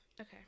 Okay